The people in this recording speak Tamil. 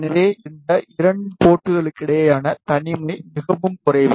எனவே இந்த 2 போர்ட்களுக்கிடையேயான தனிமை மிகவும் குறைவு